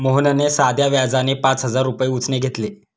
मोहनने साध्या व्याजाने पाच हजार रुपये उसने घेतले